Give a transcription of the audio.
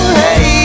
hey